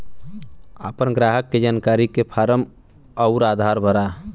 आपन ग्राहक के जानकारी के फारम अउर आधार भरा